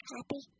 Happy